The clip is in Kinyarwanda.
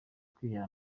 kwihera